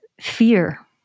fear